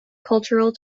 cultural